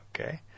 okay